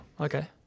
Okay